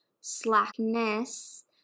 slackness